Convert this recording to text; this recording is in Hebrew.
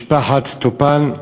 משפחת טופאן,